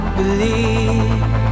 believe